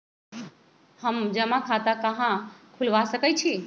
हम जमा खाता कहां खुलवा सकई छी?